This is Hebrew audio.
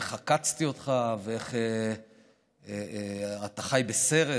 איך עקצתי אותך, ואיך אתה חי בסרט,